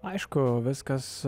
aišku viskas